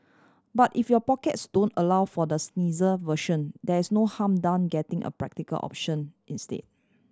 but if your pockets don't allow for the snazzier version there is no harm done getting a practical option instead